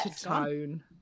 Tone